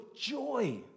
Joy